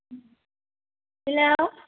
hello